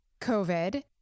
COVID